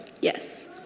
Yes